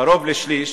קרוב לשליש